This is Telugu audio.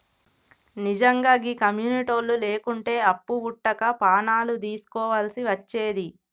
నిజ్జంగా గీ కమ్యునిటోళ్లు లేకుంటే అప్పు వుట్టక పానాలు దీస్కోవల్సి వచ్చేది